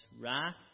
wrath